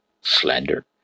slander